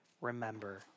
remember